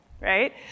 right